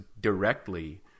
directly